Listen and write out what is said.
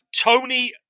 Tony